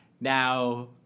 Now